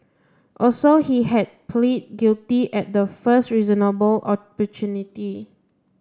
also he had pleaded guilty at the first reasonable opportunity